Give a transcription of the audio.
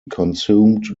consumed